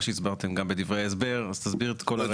מה שהסברתם גם בדברי ההסבר, אז תסביר את הכל.